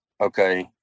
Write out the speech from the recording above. okay